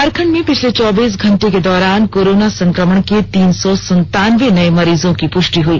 झारखंड में पिछले चौबीस घंटे के दौरान कोरोना संकमण के तीन सौ संतानबे नये मरीजों की पुष्टि हुई